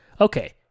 Okay